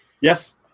Yes